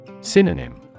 Synonym